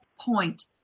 point